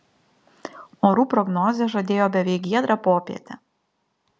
orų prognozė žadėjo beveik giedrą popietę